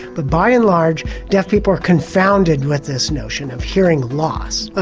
but by and large deaf people are confounded with this notion of hearing loss. ah